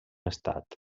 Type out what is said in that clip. estat